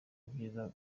ibyiza